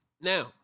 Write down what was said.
now